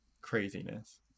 craziness